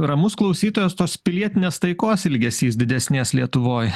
ramus klausytojas tos pilietinės taikos ilgesys didesnės lietuvoj